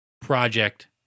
project